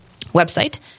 website